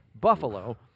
Buffalo